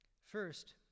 First